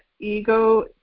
ego